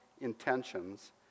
intentions